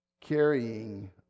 Carrying